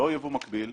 לאור יבוא מקביל,